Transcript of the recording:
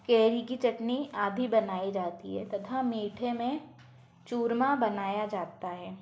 केरी की चटनी आदि बनाई जाती है तथा मीठे में चूरमा बनाया जाता है